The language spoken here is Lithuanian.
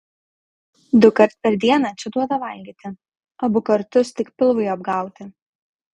dukart per dieną čia duoda valgyti abu kartus tik pilvui apgauti